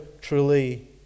truly